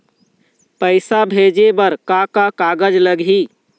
पैसा भेजे बर का का कागज लगही?